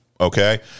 okay